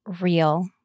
real